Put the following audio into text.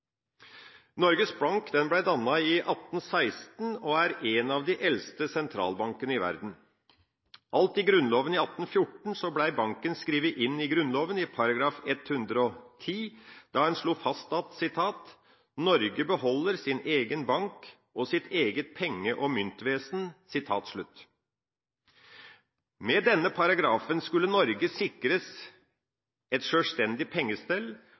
Norges Bank ble dannet i 1816 og er en av de eldste sentralbankene i verden. Alt i Grunnloven av 1814 ble banken skrevet inn i Grunnloven § 110, da en slo fast: «Norge beholder sin egen Bank og sit eget Penge- og Myntvæsen.» Med denne paragrafen skulle Norge sikres et sjølstendig pengestell